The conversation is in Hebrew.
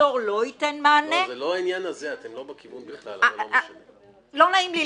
וחצור לא ייתן מענה ---<< יור >> זה לא העניין הזה,